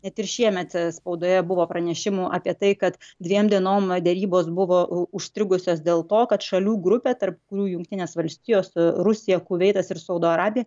net ir šiemet spaudoje buvo pranešimų apie tai kad dviem dienom derybos buvo u užstrigusios dėl to kad šalių grupė tarp kurių jungtinės valstijos rusija kuveitas ir saudo arabija